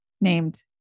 named